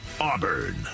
auburn